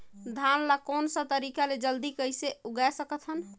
धान ला कोन सा तरीका ले जल्दी कइसे उगाय सकथन?